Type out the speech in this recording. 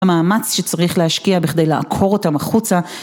המאמץ שצריך להשקיע בכדי לעקור אותם החוצה